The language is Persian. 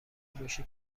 کوروش